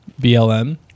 BLM